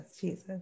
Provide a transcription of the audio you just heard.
Jesus